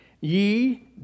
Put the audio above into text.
ye